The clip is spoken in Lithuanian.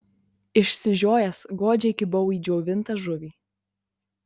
išsižiojęs godžiai kibau į džiovintą žuvį